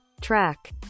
Track